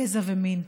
גזע ומין,